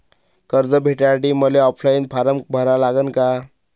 कर्ज भेटासाठी मले ऑफलाईन फारम भरा लागन का?